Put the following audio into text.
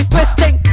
Twisting